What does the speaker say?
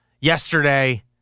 Yesterday